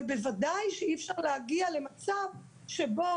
אבל בוודאי שאי אפשר להגיע למצב שבו